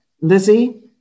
Lizzie